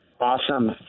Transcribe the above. Awesome